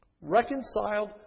Reconciled